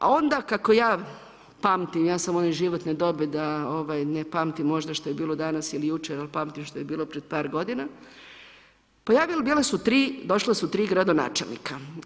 A onda kako ja pamtim, ja sam one životne dobi da ne pamtim možda što je bilo danas ili jučer, ali pamtim što je bilo pred par godina bile su tri, došla su tri gradonačelnika.